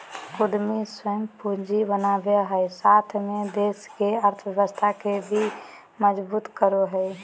उद्यमी स्वयं पूंजी बनावो हइ साथ में देश के अर्थव्यवस्था के भी मजबूत करो हइ